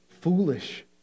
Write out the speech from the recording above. foolish